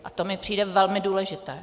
A to mi přijde velmi důležité.